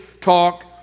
talk